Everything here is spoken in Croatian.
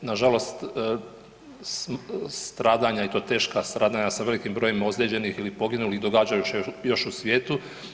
Nažalost, stradanja i to teška stradanja sa velikim brojem ozlijeđenih ili poginulih događaju se još u svijetu.